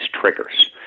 triggers